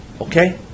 Okay